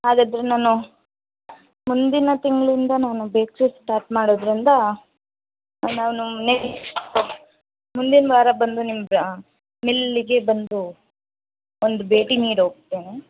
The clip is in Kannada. ಹಾಗಾದರೆ ನಾನು ಮುಂದಿನ ತಿಂಗಳಿಂದ ನಾನು ಬೇಕ್ರಿ ಸ್ಟಾರ್ಟ್ ಮಾಡೋದ್ರಿಂದ ನಾನು ಮುಂದಿನ ವಾರ ಬಂದು ನಿಮ್ಮದು ಮಿಲ್ಲಿಗೆ ಬಂದು ಒಂದು ಭೇಟಿ ನೀಡಿ ಹೋಗ್ತೇನೆ